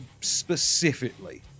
specifically